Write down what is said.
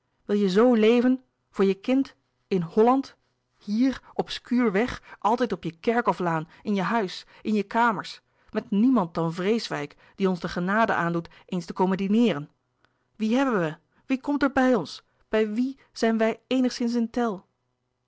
wil je zoo leven voor je kind in holland hier obscuurweg altijd op je kerkhoflaan in je huis in je kamers met niemand dan vreeswijck die ons de genade aandoet eens te komen dineeren wie hebben wij wie komt er bij ons bij wie zijn wij eenigszins in tel